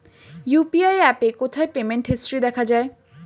UPI অ্যাপে কোথায় payment history দেখা যায়?